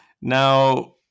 now